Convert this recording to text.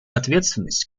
ответственность